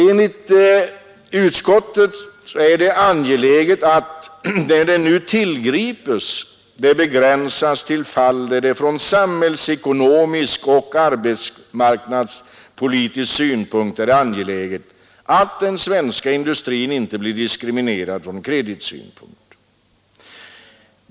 Enligt utskottet är det angeläget att när det nu tillgripes det begränsas till fall, där det från samhällsekonomisk och arbetsmarknadspolitisk synpunkt är angeläget att den svenska industrin inte blir diskriminerad från kreditsynpunkt.